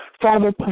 Father